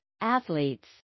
athletes